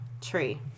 ...tree